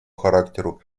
характеру